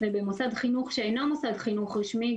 ובמוסד חינוך שאינו מוסד חינוך רשמי,